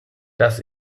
das